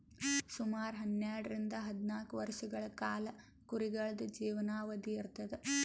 ಸುಮಾರ್ ಹನ್ನೆರಡರಿಂದ್ ಹದ್ನಾಲ್ಕ್ ವರ್ಷಗಳ್ ಕಾಲಾ ಕುರಿಗಳ್ದು ಜೀವನಾವಧಿ ಇರ್ತದ್